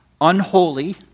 unholy